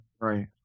Right